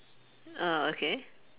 oh okay